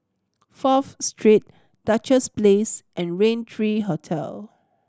Fourth Street Duchess Place and Raintree Hotel